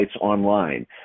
online